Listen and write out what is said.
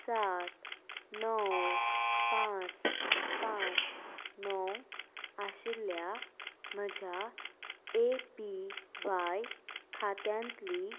सात णव पांच पांच णव आशिल्ल्या म्हज्या ए पी वाय खात्यांतली